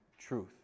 truth